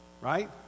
right